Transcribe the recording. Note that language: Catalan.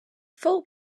fou